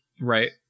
right